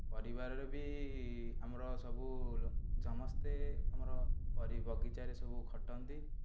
ପରିବାରର ବି ଆମର ସବୁ ସମସ୍ତେ ଆମର ପରି ବଗିଚାରେ ସବୁ ଖଟନ୍ତି